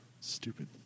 Stupid